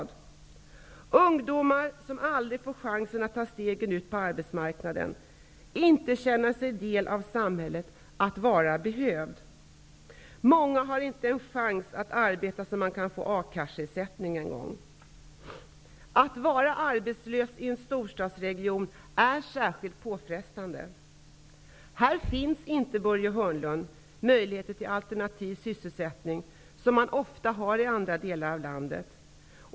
Det är ungdomar som inte får chansen att ta steget ut på arbetsmarknaden och som inte får känna sig som en del av samhället -- inte känna sig behövda. Många har inte en chans att arbeta så att de kan få A Att vara arbetslös i en storstadsregion är särskilt påfrestande. Här finns inte, Börje Hörnlund, möjligheter till alternativ sysselsättning, vilket man ofta har i andra delar av landet.